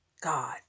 God